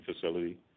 facility